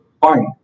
fine